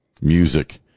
Music